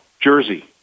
jersey